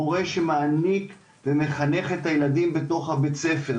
מורה שמעניק ומחנך את הילדים בתוך בית הספר.